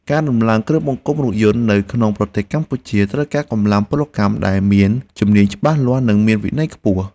ការតម្លើងគ្រឿងបង្គុំរថយន្តនៅក្នុងប្រទេសកម្ពុជាត្រូវការកម្លាំងពលកម្មដែលមានជំនាញច្បាស់លាស់និងមានវិន័យខ្ពស់។